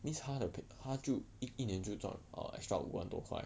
means 他的 pay 他就一一年就赚 extra 五万多快